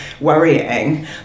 worrying